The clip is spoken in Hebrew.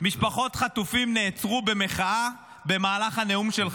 משפחות חטופים נעצרו במחאה במהלך הנאום שלך.